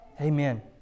Amen